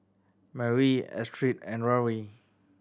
Marie Astrid and Rory